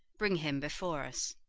bring him before us.